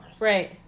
Right